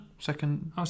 Second